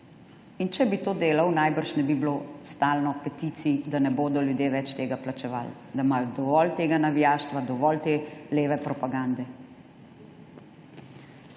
In če bi to delal, najbrž ne bi bilo stalno peticij, da ne bodo ljudje več tega plačevali, da imajo dovolj tega navijaštva, dovolj te leve propagande.